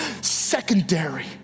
secondary